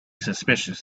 suspicious